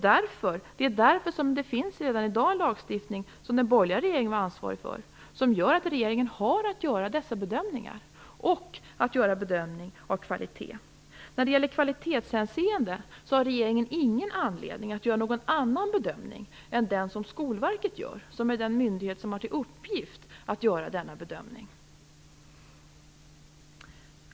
Det är därför som det redan i dag finns en lagstiftning - som den borgerliga regeringen var ansvarig för - som innebär att regeringen har att göra dessa bedömningar och att göra en bedömning av kvaliteten. I kvalitetshänseende har regeringen ingen anledning att göra någon annan bedömning än den som Skolverket gör. Skolverket är den myndighet som har till uppgift att göra denna bedömning.